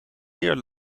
zeer